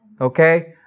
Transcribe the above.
okay